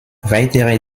weitere